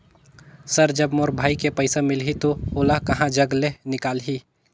Sir जब मोर भाई के पइसा मिलही तो ओला कहा जग ले निकालिही?